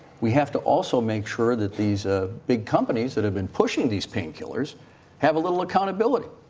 we have to also make sure that these ah big companies that have been pushing these pain killers have a little accountability.